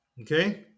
okay